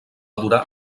durar